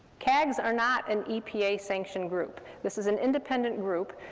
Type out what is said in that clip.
cags are not an epa-sanctioned group. this is an independent group,